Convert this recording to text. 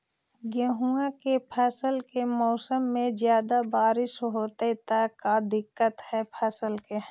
गेहुआ के फसल के मौसम में ज्यादा बारिश होतई त का दिक्कत हैं फसल के?